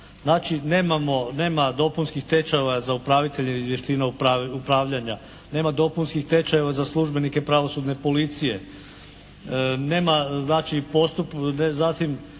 znači nema dopunskih tečajeva za upravitelje i vještina upravljanja, nema dopunskih tečajeva za službenike pravosudne policije. Zatim,